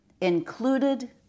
included